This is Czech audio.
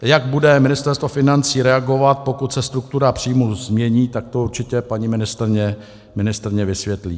Jak bude Ministerstvo financí reagovat, pokud se struktura příjmů změní, tak to určitě paní ministryně vysvětlí.